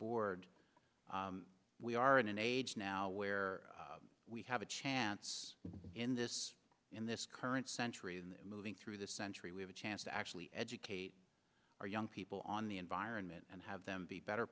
board we are in an age now where we have a chance in this in this current century in moving through this century we have a chance to actually educate our young people on the environment and have them be better